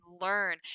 learn